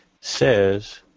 says